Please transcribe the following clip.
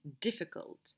difficult